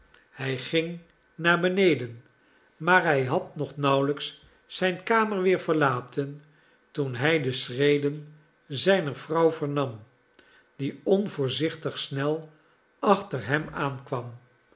hij ging naar beneden maar hij had nog nauwelijks zijn kamer weer verlaten toen hij de schreden zijner vrouw vernam die onvoorzichtig snel achter hem